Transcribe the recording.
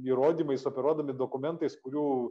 įrodymais operuodami dokumentais kurių